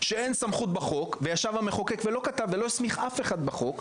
שאין סמכות בחוק וישב המחוקק ולא כתב ולא הסמיך אף אחד בחוק,